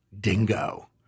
Dingo